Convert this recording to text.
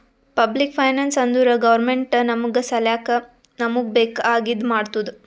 public finance ಅಂದುರ್ government ನಮ್ ಸಲ್ಯಾಕ್ ನಮೂಗ್ ಬೇಕ್ ಆಗಿದ ಮಾಡ್ತುದ್